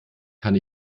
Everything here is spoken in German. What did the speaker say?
kann